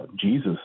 Jesus